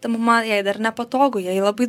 ta mama jai dar nepatogu jai labai